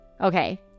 Okay